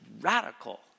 radical